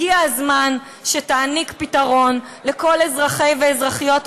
הגיע הזמן שתעניק פתרון לכל אזרחי ואזרחיות המדינה,